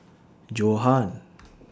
Johan